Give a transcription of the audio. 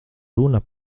runa